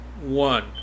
one